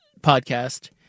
podcast